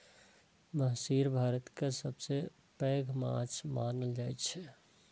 महसीर भारतक सबसं पैघ माछ मानल जाइ छै